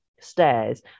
stairs